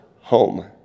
home